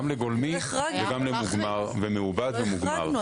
גם לגולמי וגם למוגמר ומעובד ומוגמר.